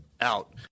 out